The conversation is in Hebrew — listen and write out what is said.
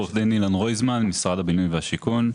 עו"ד אילן רויזמן ממשרד הבינוי והשיכון.